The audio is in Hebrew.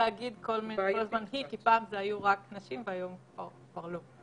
נתוני התקשרות הנחוצים לפעולות הסיוע שיועברו למאגר הנפרד.